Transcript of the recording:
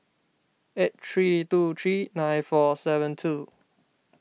eight three two three nine four seven two